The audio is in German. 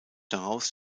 daraus